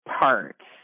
parts